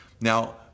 Now